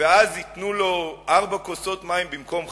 ואז ייתנו לו ארבע כוסות מים במקום חמש?